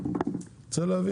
אני רוצה להבין.